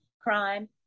crime